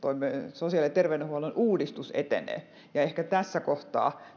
sosiaali ja terveydenhuollon uudistus etenee ja ehkä tässä kohtaa